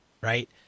Right